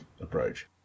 approach